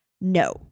No